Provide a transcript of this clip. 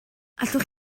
allwch